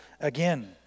again